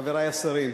חברי השרים,